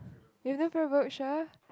you no favourite book sure